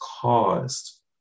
caused